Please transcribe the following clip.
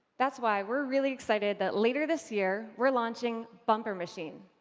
that's why, we're really excited that later this year, we're launching bumper machine.